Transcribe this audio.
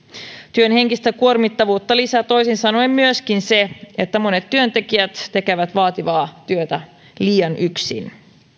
työn henkistä kuormittavuutta lisää toisin sanoen myöskin se että monet työntekijät tekevät vaativaa työtä liian yksin